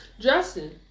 justin